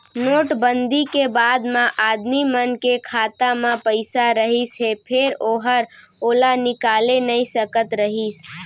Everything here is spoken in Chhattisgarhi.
नोट बंदी के बाद म आदमी मन के खाता म पइसा रहिस हे फेर ओहर ओला निकाले नइ सकत रहिस